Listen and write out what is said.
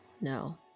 no